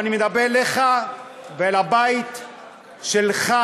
ואני מדבר אליך ואל הבית שלך,